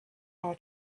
our